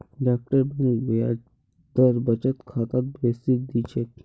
direct bank ब्याज दर बचत खातात बेसी दी छेक